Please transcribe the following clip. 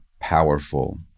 powerful